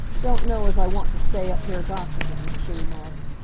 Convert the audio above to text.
don't know as i want to stay up here gossiping, she remarked.